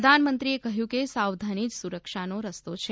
પ્રધાનમંત્રીએ કહ્યું કે સાવધાની જ સુરક્ષાનો રસ્તો છે